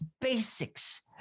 basics